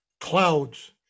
clouds